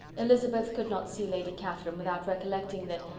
elizabeth could not see lady catherine without recollecting that,